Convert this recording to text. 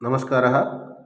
नमस्कारः